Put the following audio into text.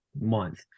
month